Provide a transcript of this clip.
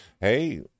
Hey